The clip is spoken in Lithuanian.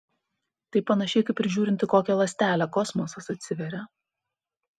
tai panašiai kaip ir žiūrint į kokią ląstelę kosmosas atsiveria